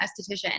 esthetician